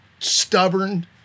stubborn